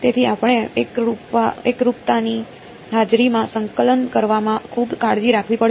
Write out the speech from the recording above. તેથી આપણે એકરૂપતાની હાજરીમાં સંકલન કરવામાં ખૂબ કાળજી રાખવી પડશે